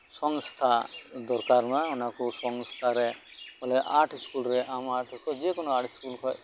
ᱥᱚᱝᱥᱛᱷᱟ ᱫᱚᱨᱠᱟᱨ ᱢᱮᱱᱟᱜᱼᱟ ᱚᱱᱟᱠᱚ ᱥᱚᱝᱥᱛᱷᱟᱨᱮ ᱟᱨᱴ ᱥᱠᱩᱞ ᱨᱮ ᱡᱮᱠᱳᱱᱳ ᱟᱨᱴ ᱥᱠᱩᱞ ᱠᱷᱚᱱ